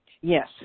Yes